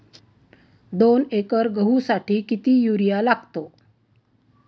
दोन एकर गहूसाठी किती युरिया लागतो?